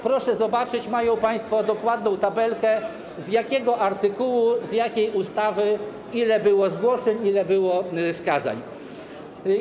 Proszę zobaczyć, mają państwo dokładną tabelkę, z jakiego artykułu, na mocy jakiej ustawy ile było zgłoszeń, ile było skazań.